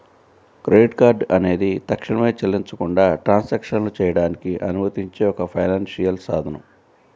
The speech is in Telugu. క్రెడిట్ కార్డ్ అనేది తక్షణమే చెల్లించకుండా ట్రాన్సాక్షన్లు చేయడానికి అనుమతించే ఒక ఫైనాన్షియల్ సాధనం